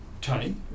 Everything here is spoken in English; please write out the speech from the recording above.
Tony